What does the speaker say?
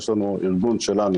יש לנו ארגון שלנו